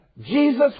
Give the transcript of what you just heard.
Jesus